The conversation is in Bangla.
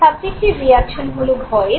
সাব্জেক্টিভ রিঅ্যাকশন হলো ভয়ের